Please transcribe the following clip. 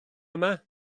yma